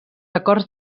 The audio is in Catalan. acords